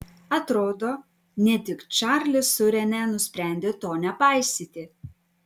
atrodo ne tik čarlis su rene nusprendė to nepaisyti